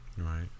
right